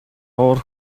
уур